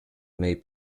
may